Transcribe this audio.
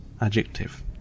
adjective